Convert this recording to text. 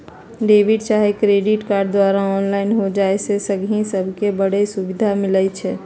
debit चाहे credit card द्वारा online हो जाय से गहकि सभके बड़ सुभिधा मिलइ छै